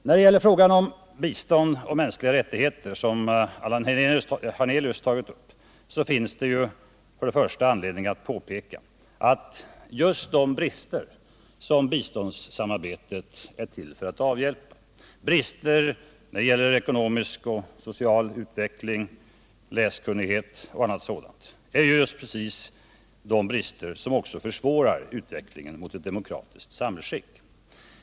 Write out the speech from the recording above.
När det gäller frågor om bistånd och om mänskliga rättigheter, som Allan Hernelius tagit upp, finns det anledning påpeka att just de brister som biståndsarbetet är till för att avhjälpa, brister när det gäller ekonomisk och social utveckling, läskunnighet m.m., också försvårar utvecklingen mot ett demokratiskt samhällsskick.